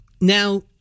Now